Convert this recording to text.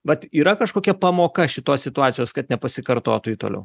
vat yra kažkokia pamoka šitos situacijos kad nepasikartotų ji toliau